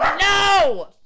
No